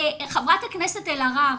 חברת הכנסת אלהרר,